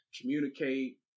communicate